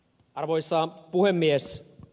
arvoisa puhemies